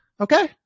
Okay